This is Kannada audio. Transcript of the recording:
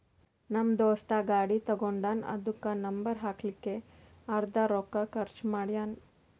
ನಮ್ ದೋಸ್ತ ಗಾಡಿ ತಗೊಂಡಾನ್ ಅದುಕ್ಕ ನಂಬರ್ ಹಾಕ್ಲಕ್ಕೆ ಅರ್ದಾ ರೊಕ್ಕಾ ಖರ್ಚ್ ಮಾಡ್ಯಾನ್